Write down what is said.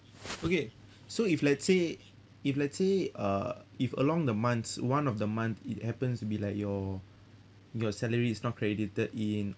okay so if let's say if let's say uh if along the months one of the month it happens to be like your your salary is not credited in